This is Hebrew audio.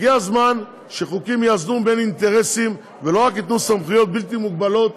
הגיע הזמן שחוקים יאזנו בין אינטרסים ולא רק ייתנו סמכויות בלתי מוגבלות